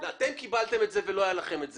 אתם קיבלתם את זה ולא היה לכם את זה.